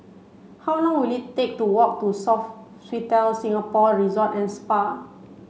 how long will it take to walk to Singapore Resort and Spa